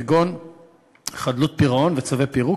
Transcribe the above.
כגון חדלות פירעון וצווי פירוק,